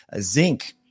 zinc